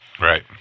Right